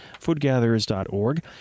foodgatherers.org